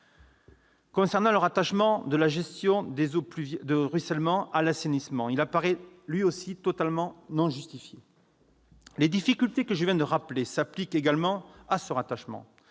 Quant au rattachement de la gestion des eaux de ruissellement à l'assainissement, il apparaît, lui aussi, totalement injustifié. Les difficultés que je viens de rappeler s'appliquent également à ce rattachement.